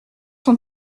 son